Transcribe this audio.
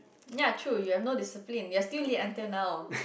ya true you have no discipline you are still late until now